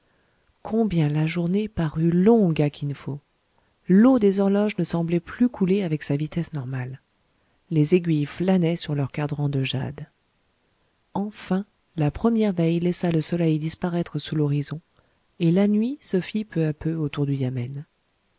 combien la journée parut longue à kin fo l'eau des horloges ne semblait plus couler avec sa vitesse normale les aiguilles flânaient sur leur cadran de jade enfin la première veille laissa le soleil disparaître sous l'horizon et la nuit se fit peu à peu autour du yamen